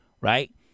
right